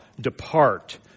depart